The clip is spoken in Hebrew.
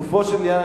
לגופו של עניין,